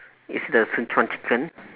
is the sichuan chicken